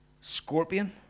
Scorpion